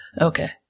Okay